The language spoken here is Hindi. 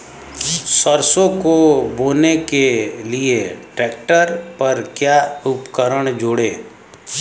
सरसों को बोने के लिये ट्रैक्टर पर क्या उपकरण जोड़ें?